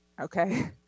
Okay